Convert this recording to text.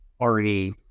already